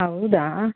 ಹೌದಾ